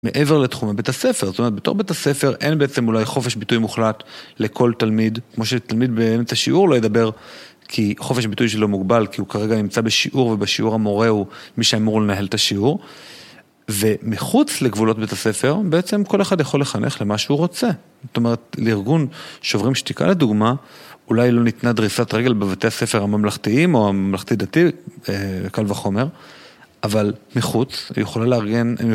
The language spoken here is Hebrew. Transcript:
מעבר לתחום הבית הספר, זאת אומרת בתור בית הספר אין בעצם אולי חופש ביטוי מוחלט לכל תלמיד, כמו שתלמיד באמצע שיעור לא ידבר כי חופש ביטוי שלו מוגבל, כי הוא כרגע נמצא בשיעור, ובשיעור המורה הוא מי שאמור לנהל את השיעור. ומחוץ לגבולות בית הספר, בעצם כל אחד יכול לחנך למה שהוא רוצה. זאת אומרת, לארגון שוברים שתיקה, לדוגמה, אולי לא ניתנה דריסת רגל בבתי הספר הממלכתיים, או הממלכתי דתי, קל וחומר, אבל מחוץ היא יכולה לארגן,